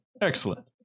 Excellent